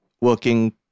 working